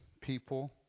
people